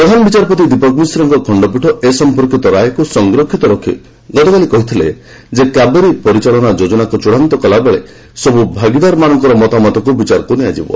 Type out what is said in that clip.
ପ୍ରଧାନବିଚାରପତି ଦୀପକ ମିଶ୍ରଙ୍କ ଖଣ୍ଡପୀଠ ଏ ସଂପର୍କିତ ରାୟକ୍ର ସଂରକ୍ଷିତ ରଖି ଗତକାଲି କହିଥିଲେ କାବେରୀ ପରିଚାଳନା ଯୋଜନାକୁ ଚଡ଼ାନ୍ତ କଲାବେଳେ ସବୁ ଭାଗିଦାରୀମାନଙ୍କର ମତାମତକୁ ବିଚାରକୁ ନିଆଯିବ